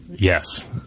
Yes